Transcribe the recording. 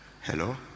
Hello